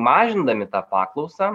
mažindami tą paklausą